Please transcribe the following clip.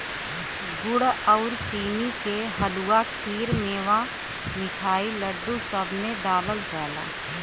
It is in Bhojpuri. गुड़ आउर चीनी के हलुआ, खीर, मेवा, मिठाई, लड्डू, सब में डालल जाला